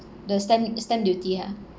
the stamp stamp duty ya